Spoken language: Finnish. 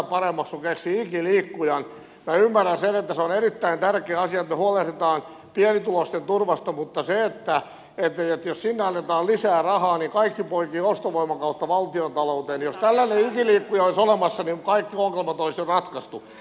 minä ymmärrän sen että se on erittäin tärkeä asia että me huolehdimme pienituloisten turvasta mutta jos olisi olemassa tällainen ikiliikkuja että jos sinne annetaan lisää rahaa niin kaikki poikii ostovoiman kautta valtiontalouteen niin kaikki ongelmat olisi jo ratkaistu